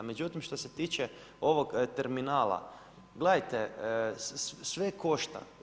Međutim što se tiče ovog terminala, gledajte sve košta.